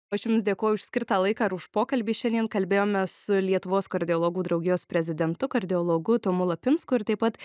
aš jums dėkoju už skirtą laiką ir už pokalbį šiandien kalbėjome su lietuvos kardiologų draugijos prezidentu kardiologu tomu lapinsku ir taip pat